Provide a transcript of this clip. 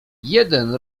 jeden